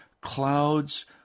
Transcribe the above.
clouds